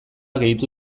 gehitu